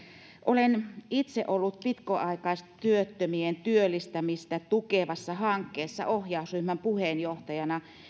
olen itse ollut pitkäaikaistyöttömien työllistämistä tukevassa hankkeessa ohjausryhmän puheenjohtajana